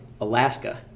Alaska